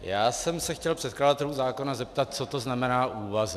Já jsem se chtěl předkladatelů zákona zeptat, co to znamená úvazek.